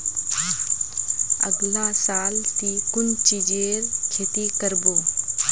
अगला साल ती कुन चीजेर खेती कर्बो